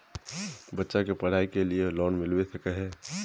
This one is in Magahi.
बच्चा के पढाई के लिए लोन मिलबे सके है?